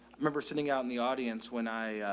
i remember sitting out in the audience when i, ah,